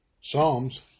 Psalms